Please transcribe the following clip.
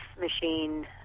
machine